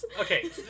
Okay